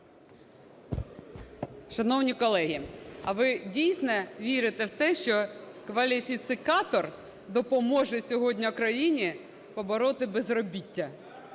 Шановні колеги, а ви дійсно вірите в те, що кваліфікатор допоможе сьогодні країні побороти безробіття?